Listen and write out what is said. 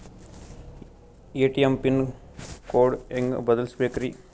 ATM pin code ಹೆಂಗ್ ಬದಲ್ಸ್ಬೇಕ್ರಿ?